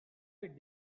bit